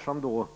Dessa pengar